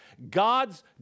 God's